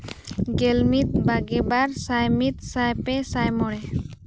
ᱜᱮᱞ ᱢᱤᱫ ᱵᱟᱜᱮ ᱵᱟᱨ ᱥᱟᱭ ᱢᱤᱫ ᱥᱟᱭ ᱯᱮ ᱥᱟᱭ ᱢᱚᱬᱮ